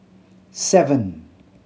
seven